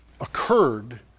occurred